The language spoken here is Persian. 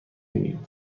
میلیون